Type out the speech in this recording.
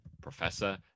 Professor